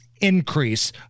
increase